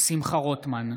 שמחה רוטמן,